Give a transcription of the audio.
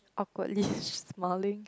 awkwardly smiling